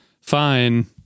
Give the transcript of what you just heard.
fine